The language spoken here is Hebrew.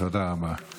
תודה רבה.